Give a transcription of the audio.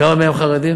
כמה מהם חרדים?